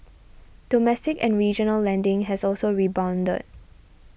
domestic and regional lending has also rebounded